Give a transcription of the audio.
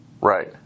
right